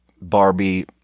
Barbie